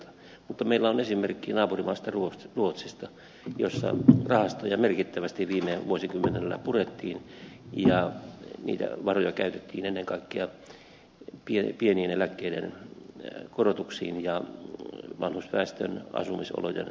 mutta meillä on esimerkki naapurimaastamme ruotsista jossa rahastoja merkittävästi viime vuosikymmenellä purettiin ja niitä varoja käytettiin ennen kaikkea pienien eläkkeiden korotuksiin ja vanhusväestön asumisolojen parantamiseen